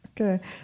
Okay